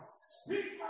speak